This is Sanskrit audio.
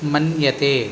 मन्यते